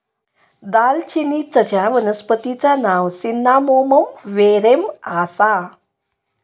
दालचिनीचच्या वनस्पतिचा नाव सिन्नामोमम वेरेम आसा